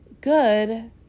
good